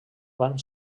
van